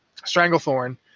Stranglethorn